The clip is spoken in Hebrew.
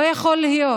לא יכול להיות